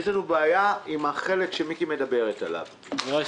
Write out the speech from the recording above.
יש לנו בעיה עם החלק שמיקי חיימוביץ' מדברת עליו,